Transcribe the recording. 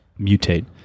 mutate